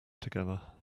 together